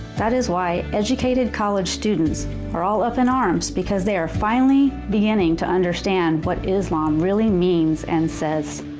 that is why educated college students are all up in arms because they are finally beginning to understand what islam really means and says.